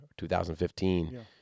2015